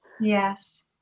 Yes